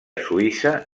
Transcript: suïssa